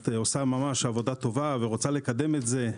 את עושה ממש עבודה טובה ורוצה לקדם את זה,